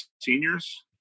seniors